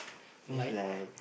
like